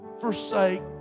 forsake